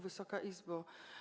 Wysoka Izbo!